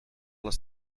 les